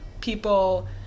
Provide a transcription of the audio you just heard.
people